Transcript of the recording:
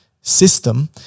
system